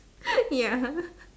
ya